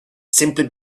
simply